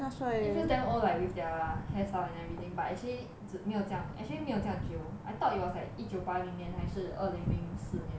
it feels damn old like with their hair style and everything but actually 只没有这样 actually 没有这样旧 I thought it was like 一九八零年还是二零零四年 but